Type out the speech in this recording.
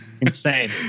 insane